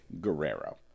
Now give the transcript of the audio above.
Guerrero